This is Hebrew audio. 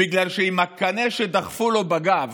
בגלל שעם הקנה שדחפו לו בגב